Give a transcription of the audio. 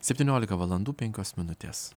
septyniolika valandų penkios minutės